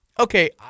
Okay